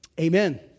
amen